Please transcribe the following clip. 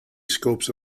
scopes